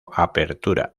apertura